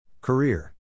Career